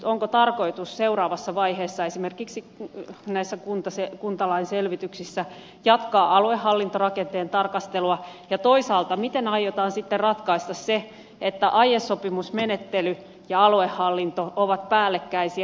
onko tarkoitus seuraavassa vaiheessa esimerkiksi näissä kuntalain selvityksissä jatkaa aluehallintorakenteen tarkastelua ja toisaalta miten aiotaan sitten ratkaista se että aiesopimusmenettely ja aluehallinto ovat päällekkäisiä